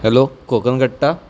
hello Konkan कट्टा